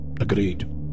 Agreed